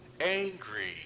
angry